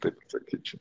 taip sakyčiau